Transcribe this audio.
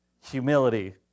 humility